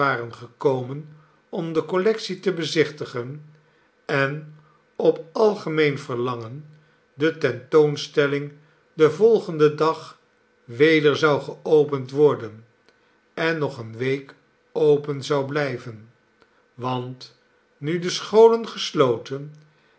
gekomen om de collectie te bezichtigen en op algemeen verlangen de tentoonstelling den volgenden dag weder zou geopend worden en nog eene week open zou blijven want nu de scholen gesloten